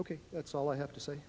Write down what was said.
ok that's all i have to say